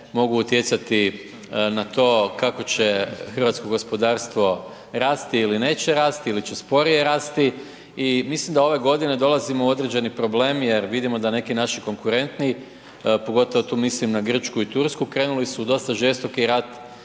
mogu utjecati na to kako će hrvatsko gospodarstvo rasti ili neće rasti ili će sporije rasti. I mislim da ove godine dolazimo u određeni problem jer vidimo da neki naši konkurentniji, pogotovo tu mislim na Grčku i Tursku, krenuli su u dosta žestoki rat